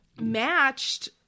matched